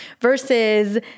versus